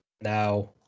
now